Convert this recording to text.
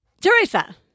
Teresa